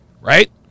Right